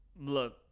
look